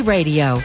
Radio